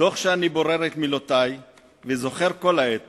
תוך שאני בורר את מילותי וזוכר כל העת